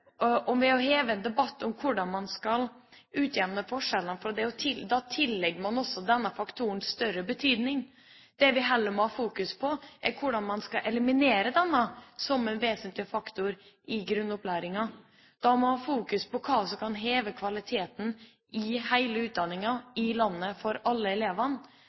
Ved å heve en debatt om hvordan man skal utjevne forskjellene, tillegger man også denne faktoren større betydning. Det vi heller må fokusere på, er hvordan man skal eliminere denne som en vesentlig faktor i grunnopplæringa. Da må man fokusere på hva som kan heve kvaliteten i hele utdanninga i landet for alle elevene,